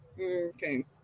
Okay